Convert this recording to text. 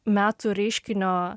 metų reiškinio